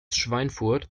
schweinfurt